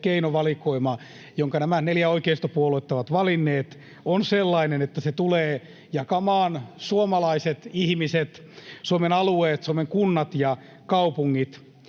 keinovalikoima, jonka nämä neljä oikeistopuoluetta ovat valinneet, on sellainen, että se tulee jakamaan suomalaiset ihmiset, Suomen alueet, Suomen kunnat ja kaupungit,